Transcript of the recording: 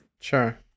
Sure